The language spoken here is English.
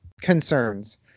concerns